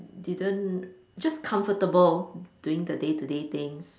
didn't just comfortable doing the day to day things